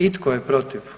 I tko je protiv?